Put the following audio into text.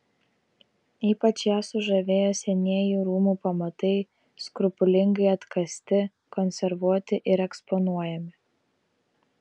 ypač ją sužavėjo senieji rūmų pamatai skrupulingai atkasti konservuoti ir eksponuojami